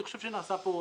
אני חושב שנעשה פה מאמץ.